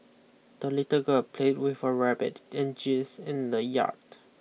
the little girl played with her rabbit and geese in the yard